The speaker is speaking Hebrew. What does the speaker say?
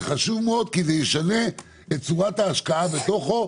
זה חשוב מאוד כי זה ישנה את צורת ההשקעה בתוכו,